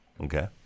Okay